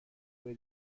بری